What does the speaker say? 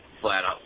flat-out